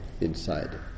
inside